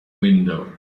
window